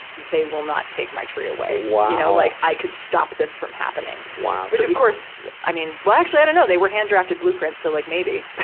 they will not take my tree away. wow! you know, like, i could stop this from happening. which, of course, i mean well, actually, i dunno. they were hand-drafted blueprints, so like maybe.